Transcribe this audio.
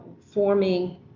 forming